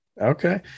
Okay